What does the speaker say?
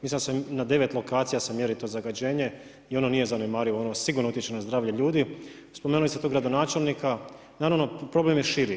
Mislim da se na 9 lokacija se mjeri to zagađenje i ono nije zanemarivo, ono sigurno utječe na zdravlje ljudi. spomenuli ste gradonačelnika, naravno problem je širi.